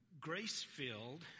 grace-filled